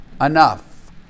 enough